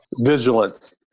Vigilant